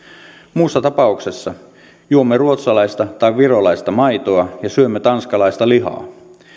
muussa tapauksessa juomme ruotsalaista tai virolaista maitoa ja syömme tanskalaista lihaa